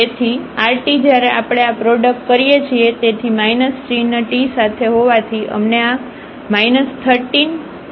તેથી rt જ્યારે આપણે આ પ્રોડક્ટ કરીએ છીએ તેથી માઇનસ ચિહ્ન t સાથે હોવાથી અમને આ 30e2 મળશે